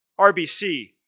RBC